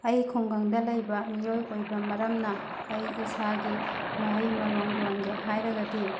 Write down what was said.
ꯑꯩ ꯈꯨꯡꯒꯪꯗ ꯂꯩꯕ ꯃꯤꯑꯣꯏ ꯑꯣꯏꯕ ꯃꯔꯝꯅ ꯑꯩ ꯏꯁꯥꯒꯤ ꯃꯍꯩ ꯃꯔꯣꯡ ꯌꯣꯟꯒꯦ ꯍꯥꯏꯔꯒꯗꯤ